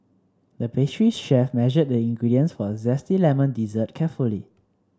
the pastry chef measured the ingredients for a zesty lemon dessert carefully